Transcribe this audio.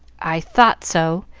i thought so!